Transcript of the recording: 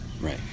Right